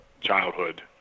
childhood